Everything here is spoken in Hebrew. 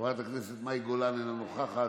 חברת הכנסת מאי גולן, אינה נוכחת,